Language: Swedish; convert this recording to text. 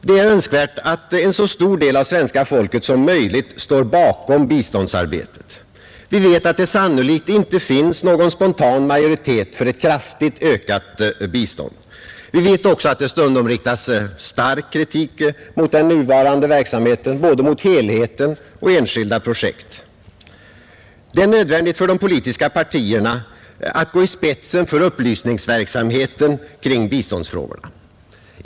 Det är önskvärt att en så stor del av svenska folket som möjligt står bakom biståndsarbetet. Vi vet att det sannolikt inte finns någon spontan majoritet för ett kraftigt ökat bistånd. Vi vet också att det stundom riktas stark kritik mot den nuvarande verksamheten, både mot helheten och mot enskilda projekt. Det är nödvändigt för de politiska partierna att gå i spetsen för upplysningsverksamheten kring biståndsfrågorna.